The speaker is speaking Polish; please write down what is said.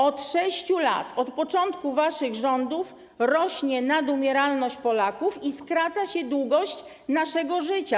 Od 6 lat, od początku waszych rządów, rośnie nadumieralność Polaków i skraca się długość naszego życia.